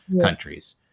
countries